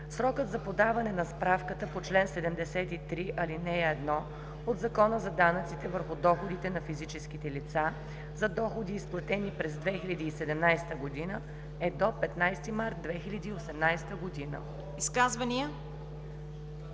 Срокът за подаване на справката по чл. 73, ал. 1 от Закона за данъците върху доходите на физическите лица за доходи, изплатени през 2017 г., е до 15 март 2018 г.“